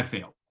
failed.